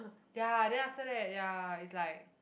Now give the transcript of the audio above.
ya then after that ya it's like